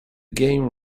game